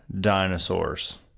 dinosaurs